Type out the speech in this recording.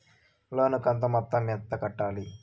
లోను కంతు మొత్తం ఎంత కట్టాలి?